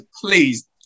Please